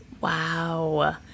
Wow